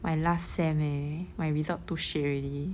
my last sem eh my result too shit already